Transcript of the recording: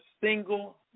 single